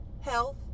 health